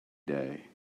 day